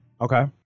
Okay